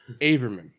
Averman